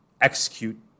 execute